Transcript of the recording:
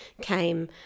came